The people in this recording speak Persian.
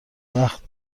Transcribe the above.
وقت